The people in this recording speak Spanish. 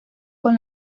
con